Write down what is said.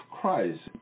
christ